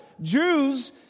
Jews